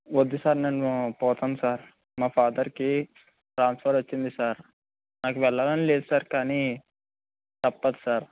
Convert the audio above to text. వద్దు సార్ నేను పోతాను సార్ మా ఫాదర్కి ట్రాన్స్ఫర్ వచ్చింది సార్ నాకు వెళ్ళాలని లేదు సార్ కానీ తప్పదు సార్